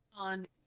On